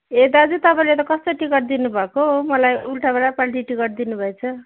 ए दाजु तपाईँले त कस्तो टिकट दिनुभएको मलाई उल्टा र पाल्टी टिकट दिनुभएछ